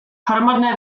hromadné